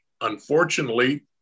Unfortunately